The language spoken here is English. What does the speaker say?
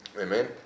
Amen